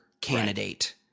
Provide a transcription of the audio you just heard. candidate